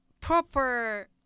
proper